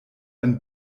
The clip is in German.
ein